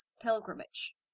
pilgrimage